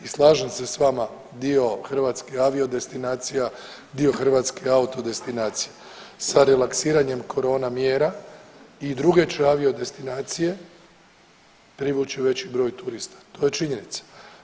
I slažem se s vama, dio hrvatske aviodestinacija, dio hrvatskih autodestinacija sa relaksiranjem korona mjera i druge će aviodestinacije privući veći broj turista, to je činjenica.